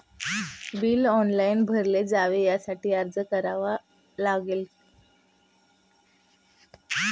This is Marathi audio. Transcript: बिल ऑनलाइन भरले जावे यासाठी काय अर्ज करावा लागेल?